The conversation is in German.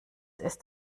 ist